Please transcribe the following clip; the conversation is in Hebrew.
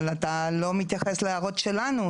אבל אתה לא מתייחס להערות שלנו,